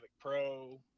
Pro